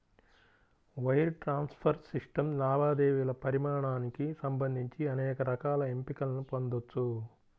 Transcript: wire transfer system లావాదేవీల పరిమాణానికి సంబంధించి అనేక రకాల ఎంపికలను పొందొచ్చు